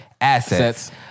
assets